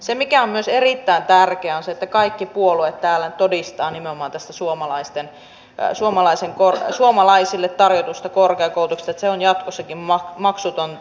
se mikä on myös erittäin tärkeää on se että kaikki puolueet täällä todistavat nimenomaan tästä suomalaisille tarjotusta korkeakoulutuksesta että se on jatkossakin maksutonta